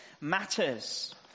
matters